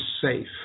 safe